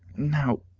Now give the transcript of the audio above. now,